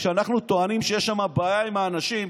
כשאנחנו טוענים שיש שם בעיה עם האנשים,